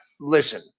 listen